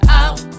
out